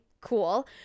cool